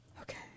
Okay